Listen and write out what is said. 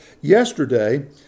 yesterday